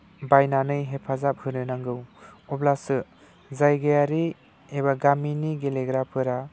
बायनानै हेफाजाब होनो नांगौ अब्लासो जायगायारि एबा गामिनि गेलेग्राफोरा